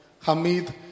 Hamid